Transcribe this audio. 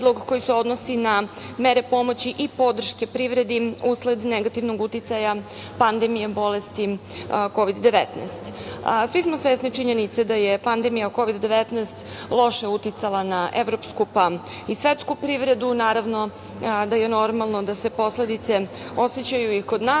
koji se odnosi na mere pomoći i podrške privredi usled negativnog uticaja pandemije bolesti Kovid-19.Svi smo svesni činjenice da je pandemija Kovid-19 loše uticala na evropsku i svetsku privredu. Naravno da je normalno da se posledice osećaju i kod nas.